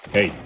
Hey